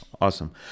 Awesome